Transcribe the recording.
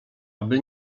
aby